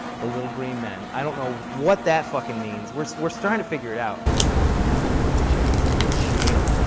the little green men. i don't know what that fucking means, we're so we're so trying to figure it out. and now that fucking chick is in jail!